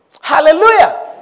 Hallelujah